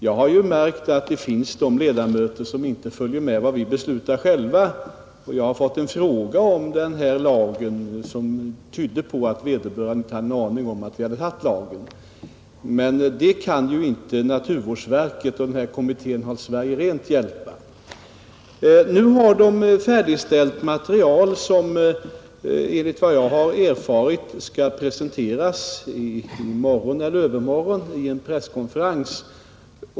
Jag har märkt att det finns ledamöter som inte följer med vad vi beslutar själva; jag har fått en fråga om den här lagen som tydde på att vederbörande inte hade en aning om att vi hade antagit den. Men det kan ju inte naturvårdsverket och Rikskommittén Håll Sverige rent hjälpa. Nu har kommittén färdigställt material, som enligt vad jag har erfarit skall presenteras i morgon eller övermorgon vid en presskonferens.